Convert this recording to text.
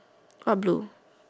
what blue